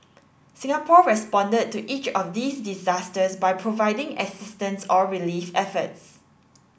Singapore responded to each of these disasters by providing assistance or relief efforts